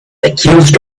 accused